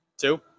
Two